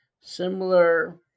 similar